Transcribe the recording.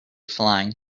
flying